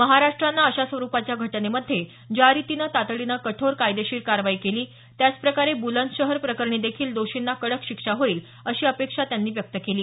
महाराष्ट्रानं अशा स्वरूपाच्या घटनेमध्ये ज्या रितीने तातडीने कठोर कायदेशीर कारवाई केली आहे त्याचप्रकारे बुलंदशहर प्रकरणी देखील दोषींना कडक शिक्षा होईल अशी अपेक्षा व्यक्त केली आहे